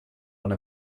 one